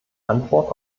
antwort